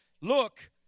Look